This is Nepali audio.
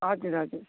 हजुर हजुर